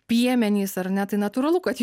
piemenys ar ne tai natūralu kad